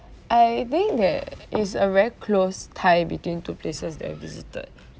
I think there is a very close tie between two places that I visited